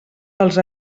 dels